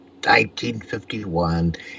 1951